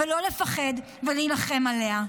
לא לפחד ולהילחם עליה.